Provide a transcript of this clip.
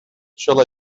shall